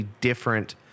different